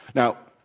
now,